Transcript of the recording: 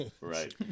right